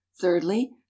Thirdly